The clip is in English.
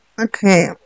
okay